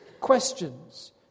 questions